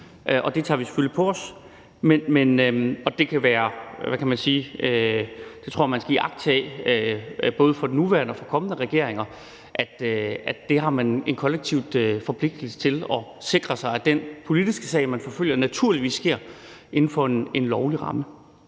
det tager vi selvfølgelig på os. Jeg tror, at man skal iagttage, og det gælder både for den nuværende regering og kommende regeringer, at man har en kollektiv forpligtelse til at sikre sig, at den politiske sag, man forfølger, naturligvis sker inden for en lovlig ramme.